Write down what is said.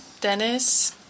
Dennis